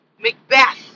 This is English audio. Macbeth